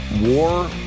war